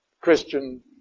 Christian